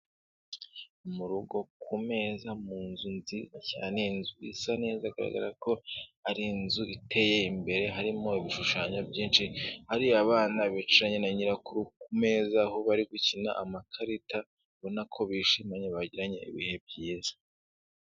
Mu rugo kumeza mu nzu nziza cyane, inzu isa neza igaragara ko ari inzu iteye imbere harimo ibishushanyo byinshi, hari abana bicaranye na nyirakuru kumeza aho bari gukina amakarita, ubona ko bishimanye bagiranye ibihe byiza.